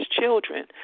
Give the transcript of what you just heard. children